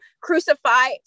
crucified